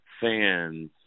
fans